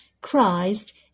Christ